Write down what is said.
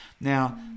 Now